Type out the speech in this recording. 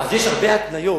אז יש הרבה התניות